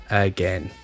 again